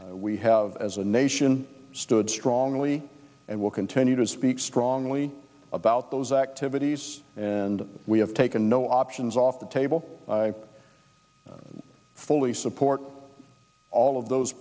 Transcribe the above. we have as a nation strongly and will continue to speak strongly about those activities and we have taken no options off the table fully support all of those